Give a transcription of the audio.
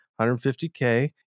150K